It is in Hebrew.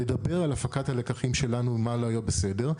לדבר על הפקת הלקחים שלנו ומה לא היה בסדר.